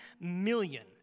million